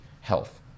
health